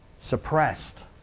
suppressed